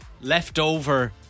leftover